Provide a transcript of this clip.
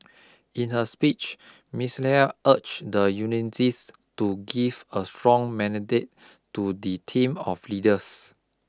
in her speech Miss Nair urged the unionists to give a strong mandate to the team of leaders